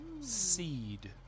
seed